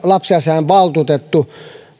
lapsiasiainvaltuutettu